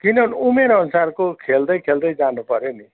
तिनीहरू उमेर अनुसारको खेल्दैखेल्दै जानुपऱ्यो नि